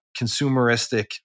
consumeristic